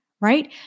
right